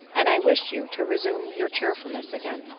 and i wished you to resume your cheerfulness again.